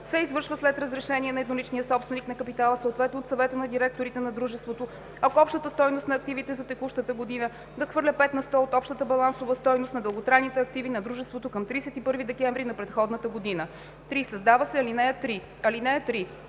се извършва след разрешение на едноличния собственик на капитала, съответно от Съвета на директорите на дружеството, ако общата стойност на активите за текущата година надхвърля 5 на сто от общата балансовата стойност на дълготрайните активи на дружеството към 31 декември на предходната година.“ 3. Създава се ал. 3: